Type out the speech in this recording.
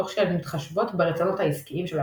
תוך שהן מתחשבות ברצונות העסקיים של הארגון,